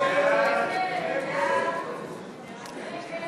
סעיף